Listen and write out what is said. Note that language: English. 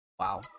Wow